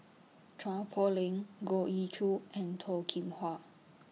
Chua Poh Leng Goh Ee Choo and Toh Kim Hwa